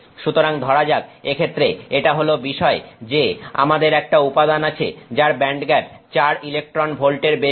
সুতরাং ধরা যাক যে এক্ষেত্রে এটা হল বিষয় যে আমাদের একটা উপাদান আছে যার ব্যান্ডগ্যাপ 4 ইলেকট্রন ভোল্টের বেশি